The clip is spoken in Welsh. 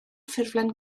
ffurflen